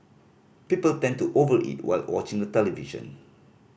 people tend to over eat while watching the television